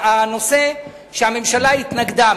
הממשלה התנגדה,